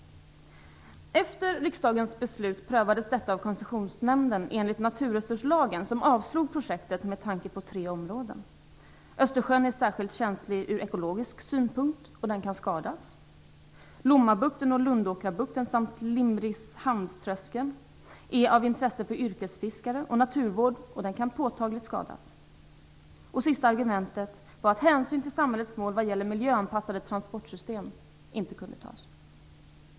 Efter riksdagens beslut prövades detta av Koncessionsnämnden enligt naturresurslagen, som avslog projektet med tanke på tre områden: - Östersjön är särskilt känslig ur ekologisk synpunkt, och den kan skadas, - Lommabukten och Lundåkrabukten samt Limhamnströskeln, som är av intresse för yrkesfiskare och naturvård, kan påtagligt skadas, - hänsyn till samhällets mål vad gäller miljöanpasade transportsystem.